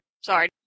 Sorry